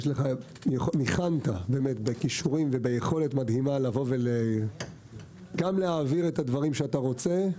ניחנת בכישורים וביכולת מדהימה להעביר ולקדם את הדברים שאתה רוצה,